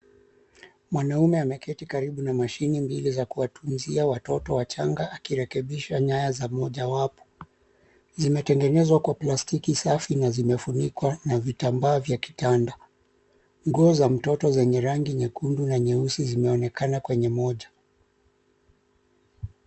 Mwanaume ameketi karibu na mashini mbili za kuwatunzia watoto wachanga akirekebisha nyaya za mojawapo. Zimetengenezwa kwa plastiki safi na zimefunikwa na vitambaa vya kitanda. Nguo za mtoto zenye rangi nyekundu na nyeusi zinaonekana kwenye moja.